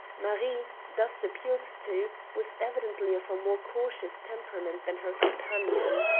marie, thus appealed to, was evidently of a more cautious temperament than her companion.